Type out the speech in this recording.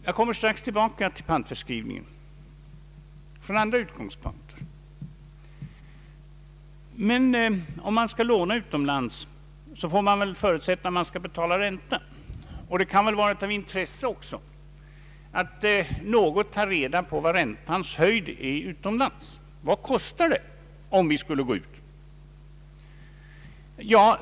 Jag skall strax återkomma till pantförskrivningen från andra utgångspunkter. Om man nu skall låna utomlands, får det förutsättas att man måste betala ränta, och det kan då också vara av intresse att något så när ta reda på räntans höjd utomlands. Vad kostar det om vi skulle gå ut och låna?